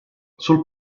sul